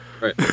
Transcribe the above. right